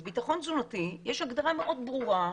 אז ביטחון תזונתי, יש הגדרה מאוד ברורה.